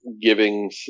giving